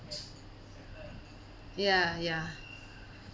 ya ya